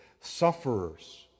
sufferers